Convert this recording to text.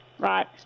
Right